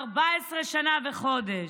14 שנה וחודש,